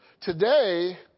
today